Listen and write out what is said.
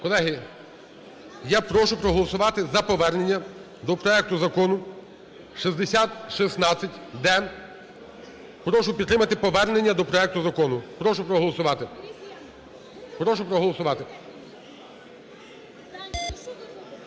Колеги, я прошу проголосувати за повернення до проекту Закону 6016-д. Прошу підтримати повернення до проекту закону, прошу проголосувати,